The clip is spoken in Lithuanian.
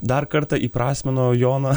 dar kartą įprasmino joną